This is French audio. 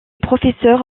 professeur